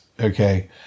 Okay